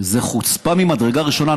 זאת חוצפה ממדרגה ראשונה.